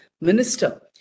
minister